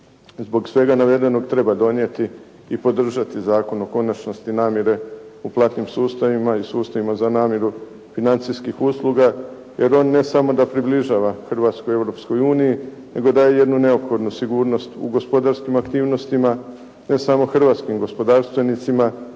Zbog svega navedenog treba donijeti i podržati Zakon u konačnosti namire u platnim sustavima i sustavima za namiru financijskih usluga, jer on ne samo da približava Hrvatsku Europskoj uniji nego daje jednu neophodnu sigurnost u gospodarskim aktivnostima, ne samo hrvatskim gospodarstvenicima